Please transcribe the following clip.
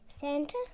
Santa